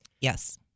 Yes